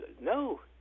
no